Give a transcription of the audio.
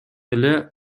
эле